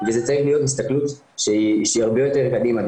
וזו צריכה להיות הסתכלות שהיא הרבה יותר קדימה.